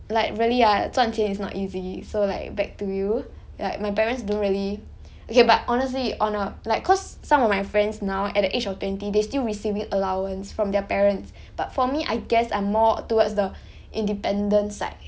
like really ah 赚钱 is not easy so like back to you like my parents don't really okay but honestly on err like cause some of my friends now at the age of twenty they still receiving allowance from their parents but for me I guess I'm more towards the independent side